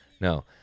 No